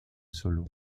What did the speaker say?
solo